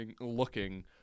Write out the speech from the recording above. looking